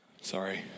Sorry